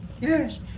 yes